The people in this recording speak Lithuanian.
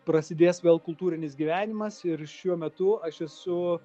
prasidės vėl kultūrinis gyvenimas ir šiuo metu aš esu